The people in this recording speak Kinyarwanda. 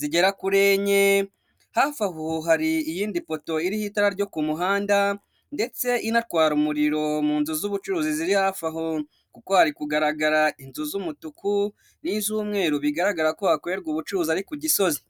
zigera kuri enye, hafi aho hari iyindi poto iriho itara ryo ku muhanda ndetse inatwara umuriro mu nzu z'ubucuruzi ziri hafi aho, kuko hri kugaragara inzu z'umutuku n'iz'umweru, bigaragara ko hakorerwa ubucuruzi ari ku Gisozi.